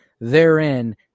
Therein